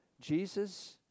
Jesus